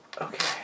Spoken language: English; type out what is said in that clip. okay